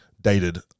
dated